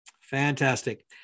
Fantastic